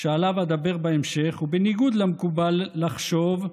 שעליו אדבר בהמשך, ובניגוד למקובל לחשוב,